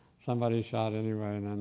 somebody shot anyway and and